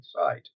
sight